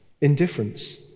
Indifference